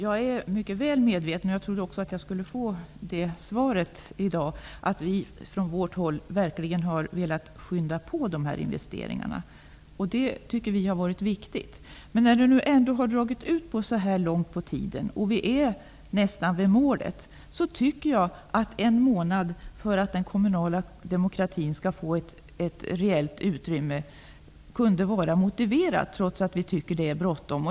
Fru talman! Jag är väl medveten om att vi från vårt håll verkligen har velat skynda på dessa investeringar. Det tycker vi har varit viktigt. När det ändå har dragit ut så långt på tiden och vi är nästan vid målet, tycker jag att en månads förskjutning, för att det skall finnas ett rejält utrymme för den kommunala demokratin, kunde vara motiverad trots att vi tycker att det är bråttom.